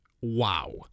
wow